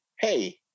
Hey